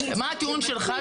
הטיעון שלך?